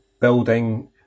building